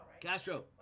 Castro